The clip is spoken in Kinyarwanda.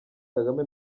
kagame